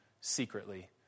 secretly